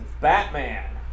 Batman